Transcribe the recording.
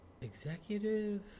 Executive